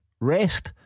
rest